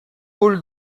paul